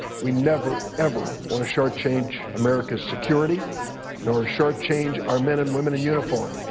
we never, ever want to shortchange america's security nor shortchange our men and women in uniform.